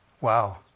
Wow